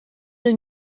deux